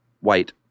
white